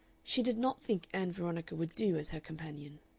she did not think ann veronica would do as her companion.